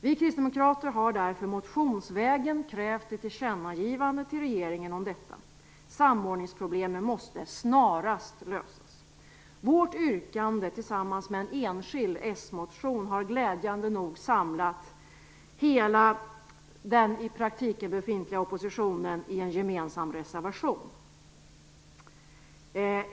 Vi kristdemokrater har därför motionsvägen krävt ett tillkännagivande till regeringen om detta. Samordningsproblemen måste snarast lösas. Vårt yrkande, tillsammans med en enskild s-motion, har glädjande nog samlat hela den i praktiken befintliga oppositionen i en gemensam reservation.